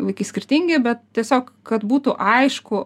vaikai skirtingi bet tiesiog kad būtų aišku